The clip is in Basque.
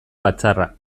batzarra